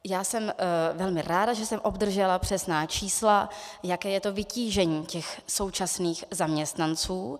Já jsem velmi ráda, že jsem obdržela přesná čísla, jaké je to vytížení těch současných zaměstnanců.